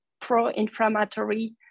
pro-inflammatory